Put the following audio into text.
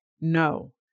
no